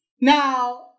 Now